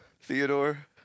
Theodore